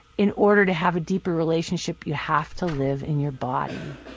in order to have a deeper relationship, you have to live in your body.